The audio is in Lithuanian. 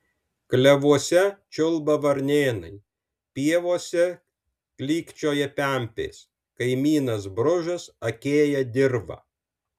klevuose čiulba varnėnai pievose klykčioja pempės kaimynas bružas akėja dirvą